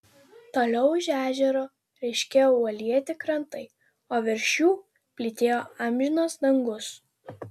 toliau už ežero ryškėjo uolėti krantai o virš jų plytėjo amžinas dangus